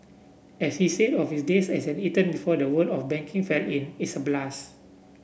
as he said of his days as an intern before the world of banking fell in it's a blast